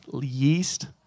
Yeast